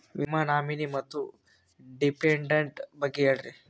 ವಿಮಾ ನಾಮಿನಿ ಮತ್ತು ಡಿಪೆಂಡಂಟ ಬಗ್ಗೆ ಹೇಳರಿ?